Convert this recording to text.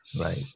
Right